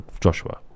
joshua